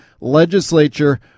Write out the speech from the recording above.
legislature